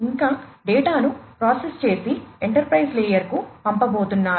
ఇంకా డేటాను ప్రాసెస్ చేసి ఎంటర్ప్రైజ్ లేయర్కు పంపబోతున్నారు